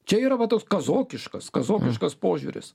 čia yra va toks kazokiškas kazokiškas požiūris